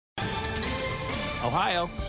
Ohio